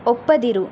ಒಪ್ಪದಿರು